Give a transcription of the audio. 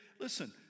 listen